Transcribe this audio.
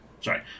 Sorry